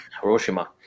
Hiroshima